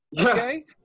okay